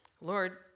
Lord